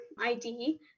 ID